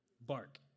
Bark